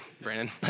Brandon